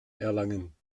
erlangen